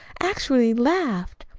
actually laughed.